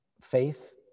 Faith